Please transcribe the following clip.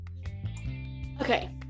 okay